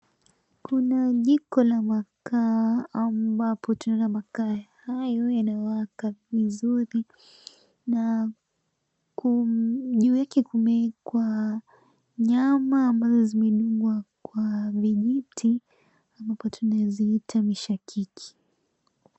Kuna jiko la makaa ambapo tuna makaa hayo yanawaka vizuri na juu yake kumewekwa nyama ambazo zimedungwa kwa vijiti ambapo tunaziita mishakiki.